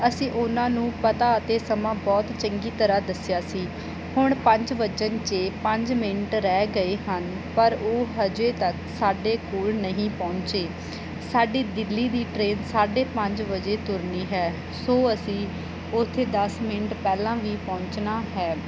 ਅਸੀਂ ਉਹਨਾਂ ਨੂੰ ਪਤਾ ਅਤੇ ਸਮਾਂ ਬਹੁਤ ਚੰਗੀ ਤਰ੍ਹਾਂ ਦੱਸਿਆ ਸੀ ਹੁਣ ਪੰਜ ਵੱਜਣ 'ਚ ਪੰਜ ਮਿੰਟ ਰਹਿ ਗਏ ਹਨ ਪਰ ਉਹ ਹਾਲੇ ਤੱਕ ਸਾਡੇ ਕੋਲ ਨਹੀਂ ਪਹੁੰਚੇ ਸਾਡੀ ਦਿੱਲੀ ਦੀ ਟ੍ਰੇਨ ਸਾਢੇ ਪੰਜ ਵਜੇ ਤੁਰਨੀ ਹੈ ਸੋ ਅਸੀਂ ਉੱਥੇ ਦਸ ਮਿੰਟ ਪਹਿਲਾਂ ਵੀ ਪਹੁੰਚਣਾ ਹੈ